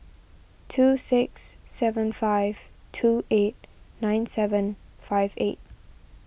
two six seven five two eight nine seven five eight